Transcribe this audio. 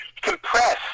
compress